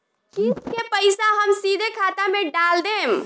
किस्त के पईसा हम सीधे खाता में डाल देम?